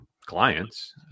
clients